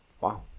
wow